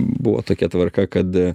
buvo tokia tvarka kad